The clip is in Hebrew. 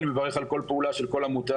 אני מברך על כל פעולה של כל עמותה,